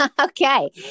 Okay